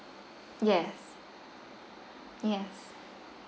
yes yes